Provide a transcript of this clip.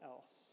else